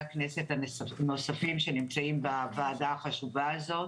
הכנסת הנוספים שנמצאים בוועדה החשובה הזאת.